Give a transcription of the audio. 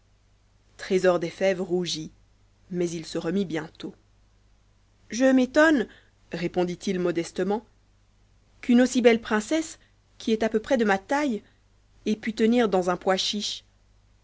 trésor des fèves rougit mais il se remit bientôt je m'étonne répondit-il modestement qu'une aussi belle princesse qui est à peu près de ma taille ait pu tenir dans un pois chiche